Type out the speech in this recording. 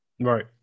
Right